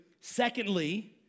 Secondly